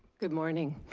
good morning.